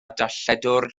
darlledwr